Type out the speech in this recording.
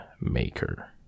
maker